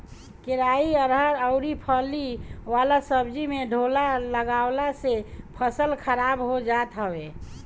केराई, अरहर अउरी फली वाला सब्जी में ढोला लागला से फसल खराब हो जात हवे